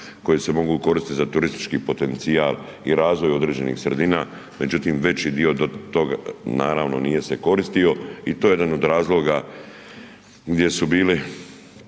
koje se mogu koristiti za turistički potencijal i razvoj određenih sredina, međutim veći dio do toga naravno nije se koristio i to je jedan od razloga gdje su bili